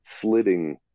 slitting